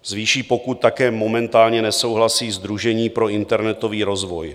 S výší pokut také momentálně nesouhlasí Sdružení pro internetový rozvoj.